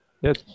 yes